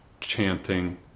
chanting